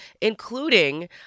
including